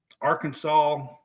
Arkansas